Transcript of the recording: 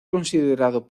considerado